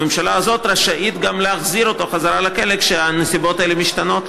אז הממשלה הזאת רשאית גם להחזיר אותו לכלא כשהנסיבות האלה משתנות,